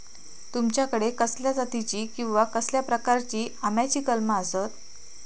तुमच्याकडे कसल्या जातीची किवा कसल्या प्रकाराची आम्याची कलमा आसत?